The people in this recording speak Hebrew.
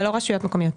זה לא רשויות מקומיות.